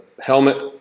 helmet